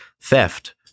theft